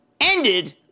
ended